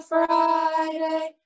Friday